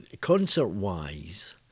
concert-wise